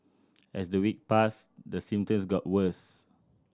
as the week passed the symptoms got worse